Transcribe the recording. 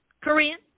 Korean